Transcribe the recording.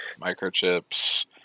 microchips